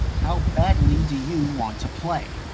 how badly do you want to play?